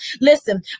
Listen